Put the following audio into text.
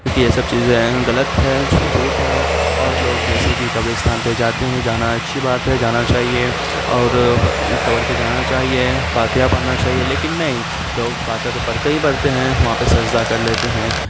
کیوںکہ یہ سب چیزیں غلط ہیں جھوٹ ہیں اور لوگ جیسے کہ قبرستان پہ جاتے ہیں جانا اچھی بات ہے جانا چاہیے اور قبر پہ جانا چاہیے فاتحہ پڑھنا چاہیے لیکن نہیں لوگ فاتحہ تو پڑھتے ہی پڑھتے ہیں وہاں پہ سجدہ کر لیتے ہیں